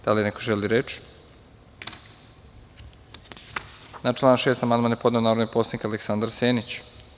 Da li neko želi reč? (Ne) Na član 6. amandman je podneo narodni poslanik Aleksandar Senić.